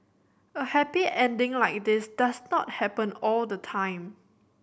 a happy ending like this does not happen all the time